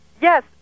Yes